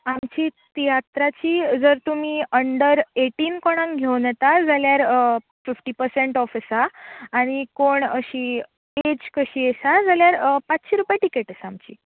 आमची तियात्राची जर तुमी अंडर एटीन कोणाक घेवून येता जाल्यार फिफ्टी पर्सण्ट ऑफ आसा आनी कोण अशी एज्ड कशी आसा जाल्यार पाचशीं रूपया टिकॅट आसा आमची